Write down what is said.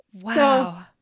Wow